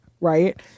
right